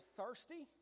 thirsty